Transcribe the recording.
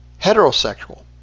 heterosexual